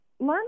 learn